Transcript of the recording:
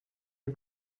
een